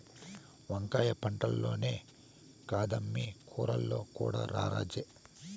వంకాయ పంటల్లోనే కాదమ్మీ కూరల్లో కూడా రారాజే